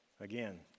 Again